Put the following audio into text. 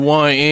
one